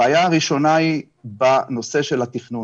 הבעיה הראשונה היא בנושא של התכנון.